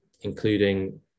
including